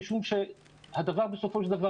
משום שהדבר בסופו של דבר,